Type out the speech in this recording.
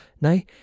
nay